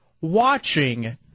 watching